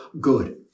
good